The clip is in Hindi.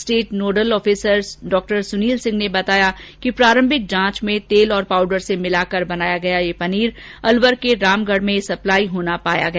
स्टेट नोडल ऑफिसर डॉ सुनील सिंह ने बताया कि प्रारम्भिक जांच में तेल और पाउडर से मिलाकर बनाया गया यह पनीर अलवर के रामगढ़ से सप्लाई होना पाया गया